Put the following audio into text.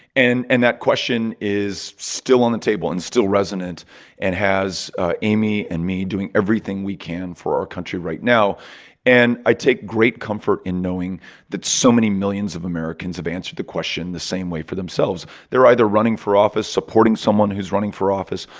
and and that question is still on the table and still resonant and has ah amy and me doing everything we can for our country right now and i take great comfort in knowing that so many millions of americans have answered the question the same for themselves. they're either running for office, supporting someone who's running for office,